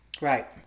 Right